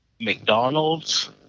McDonald's